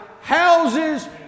houses